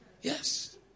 Yes